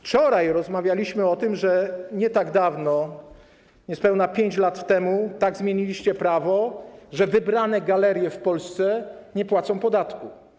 Wczoraj rozmawialiśmy o tym, że nie tak dawno, niespełna 5 lat temu tak zmieniliście prawo, że wybrane galerie w Polsce nie płacą podatku.